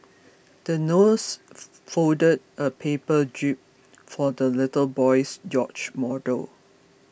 the nurse folded a paper jib for the little boy's yacht model